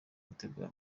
gutegura